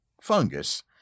fungus